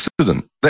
accident